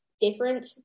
different